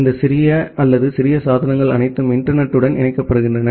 இந்த சிறிய அல்லது சிறிய சாதனங்கள் அனைத்தும் இன்டர்நெட் த்துடன் இணைக்கப்படுகின்றன